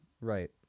Right